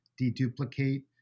deduplicate